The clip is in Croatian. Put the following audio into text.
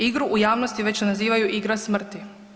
Igru u javnosti već nazivaju igra smrti.